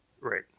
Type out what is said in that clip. Right